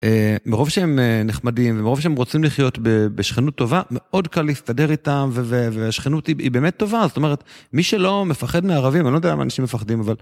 מרוב שהם נחמדים ומרוב שהם רוצים לחיות בשכנות טובה מאוד קל להסתדר איתם והשכנות היא באמת טובה, זאת אומרת מי שלא מפחד מערבים, אני לא יודע למה אנשים מפחדים אבל...